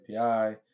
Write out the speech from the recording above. API